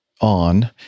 on